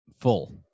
full